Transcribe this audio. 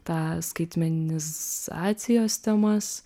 tą skaitmenizacijos temas